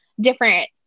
different